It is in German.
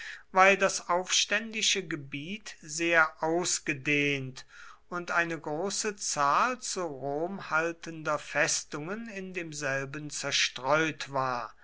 weil das aufständische gebiet sehr ausgedehnt und eine große zahl zu rom haltender festungen in demselben zerstreut war